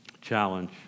challenge